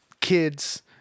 kids